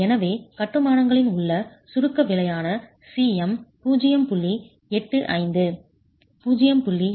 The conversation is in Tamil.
எனவே கட்டுமானங்களில் உள்ள சுருக்க விளைவான Cm 0